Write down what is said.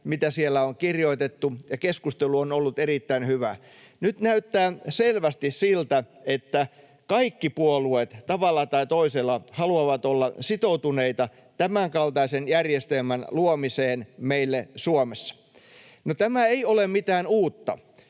mitä siellä on kirjoitettu, ja keskustelu on ollut erittäin hyvää. Nyt näyttää selvästi siltä, että kaikki puolueet tavalla tai toisella haluavat olla sitoutuneita tämänkaltaisen järjestelmän luomiseen meille Suomessa. No, tämä ei ole mitään uutta.